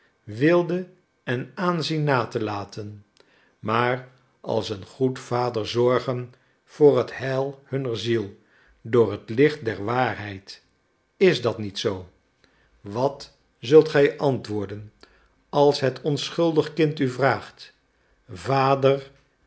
weelde en aanzien na te laten maar als een goed vader zorgen voor het heil hunner ziel door het licht der waarheid is dat niet zoo wat zult gij antwoorden als het onschuldig kind u vraagt vader